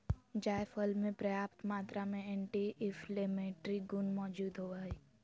जायफल मे प्रयाप्त मात्रा में एंटी इंफ्लेमेट्री गुण मौजूद होवई हई